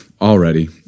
already